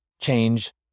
change